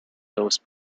those